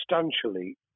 substantially